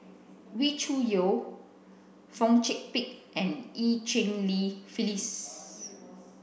Wee Cho Yaw Fong Chong Pik and Eu Cheng Li Phyllis